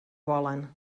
volen